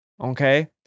Okay